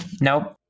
Nope